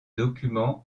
document